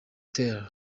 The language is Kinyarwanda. tel